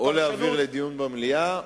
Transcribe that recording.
או להעביר לדיון במליאה,